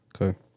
Okay